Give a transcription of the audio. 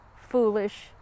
foolish